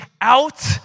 out